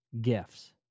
Gifts